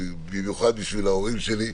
במיוחד בשביל ההורים שלי.